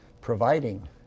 providing